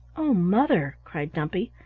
oh, mother! cried dumpy,